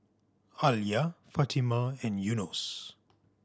Alya Fatimah and Yunos